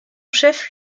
chef